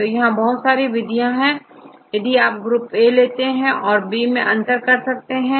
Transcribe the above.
तो यहां बहुत सारी विधियां हैं जिससे आप प्रोटीन ग्रुप A औरB को अंतर कर सकते हैं